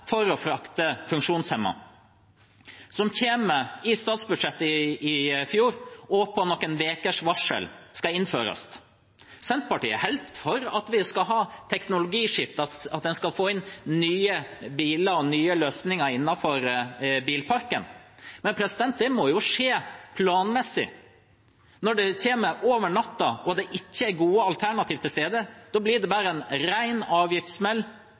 frakte funksjonshemmede. Det kom i statsbudsjettet i fjor og skal innføres på noen ukers varsel. Senterpartiet er helt for at vi skal ha teknologiskifte, at man skal få inn nye biler og nye løsninger innenfor bilparken, men det må skje planmessig. Når det kommer over natta og det ikke er gode alternativer til stede, blir det bare en ren avgiftssmell